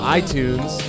iTunes